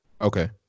Okay